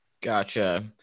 Gotcha